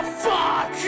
fuck